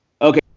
Okay